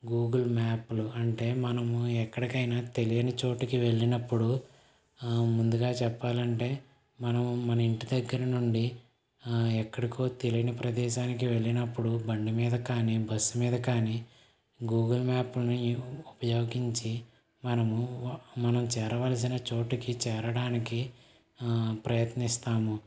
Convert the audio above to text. Google మ్యాప్లు అంటే మనము ఎక్కడికైనా తెలియని చోటుకి వెళ్ళినప్పుడు ముందుగా చెప్పాలంటే మనం మన ఇంటి దగ్గర నుండి ఎక్కడికో తెలియని ప్రదేశానికి వెళ్ళినప్పుడు బండిమీద కానీ బస్సు మీద కానీ గూగుల్ మ్యాప్ని ఉపయోగించి మనము మనం చేరవలసిన చోటికి చేరడానికి ప్రయత్నిస్తాము